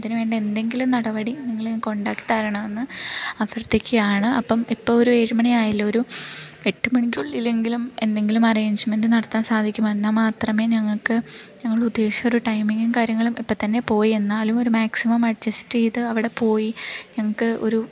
അതിനു വേണ്ട എന്തെങ്കിലും നടപടി നിങ്ങൾ ഞങ്ങൾക്ക് ഉണ്ടാക്കി തരണമെന്ന് അഭ്യർത്ഥിക്കയാണ് അപ്പം ഇപ്പോൾ ഒരു ഏഴ് മണി ആയല്ലോ ഒരു എട്ട് മണിക്കുള്ളിൽ എങ്കിലും എന്തെങ്കിലും അറേഞ്ച്മെൻറ്റ് നടത്താൻ സാധിക്കുമോ എന്നാണ് മാത്രമേ ഞങ്ങൾക്ക് ഞങ്ങൾ ഉദ്ദേശമൊരു ടൈമിംഗും കാര്യങ്ങളും ഇപ്പത്തന്നെ പോയി എന്നാലും ഒരു മാക്സിമം അഡ്ജസ്റ്റ് ചെയ്ത് അവിടെ പോയി ഞങ്ങൾക്ക് ഒരു